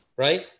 right